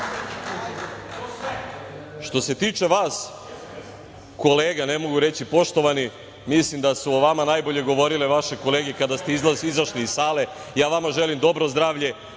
se tiče vas, kolega, ne mogu reći poštovani, mislim da su o vama najbolje govorile vaše kolege kada ste izašli iz sale. Ja vama želim dobro zdravlje,